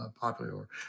popular